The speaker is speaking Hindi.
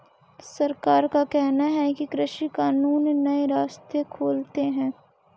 सरकार का कहना है कि कृषि कानून नए रास्ते खोलते है